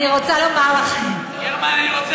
אני רוצה לומר לכם, גרמן,